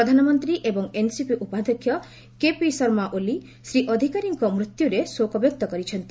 ପ୍ରଧାନମନ୍ତ୍ରୀ ଏବଂ ଏନ୍ସିପି ଉପାଧ୍ୟକ୍ଷ କେପି ଶର୍ମା ଓଲି ଶ୍ରୀ ଅଧିକାରୀଙ୍କ ମୃତ୍ୟୁରେ ଶୋକବ୍ୟକ୍ତ କରିଛନ୍ତି